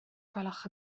gwelwch